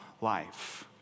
life